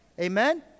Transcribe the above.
Amen